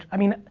i mean,